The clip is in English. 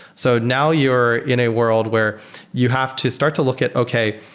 so now you are in a world where you have to start to look at, okay,